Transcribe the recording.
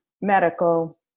medical